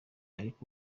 ariko